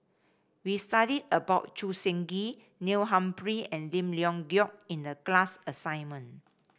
we studied about Choo Seng Quee Neil Humphrey and Lim Leong Geok in the class assignment